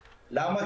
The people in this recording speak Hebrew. למה?